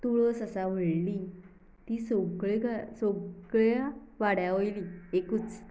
तुळस आसा व्हडली ती सगळें सगळ्या वाड्यावयली एकूच